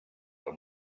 del